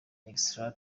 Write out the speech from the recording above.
extra